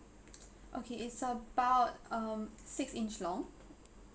okay it's about um six inch long